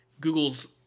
Google's